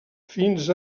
fins